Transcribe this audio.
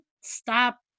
stop